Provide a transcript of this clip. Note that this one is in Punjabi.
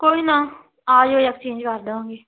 ਕੋਈ ਨਾ ਆ ਜਿਓ ਐਕਸਚੇਂਜ ਕਰ ਦਾਂਗੇ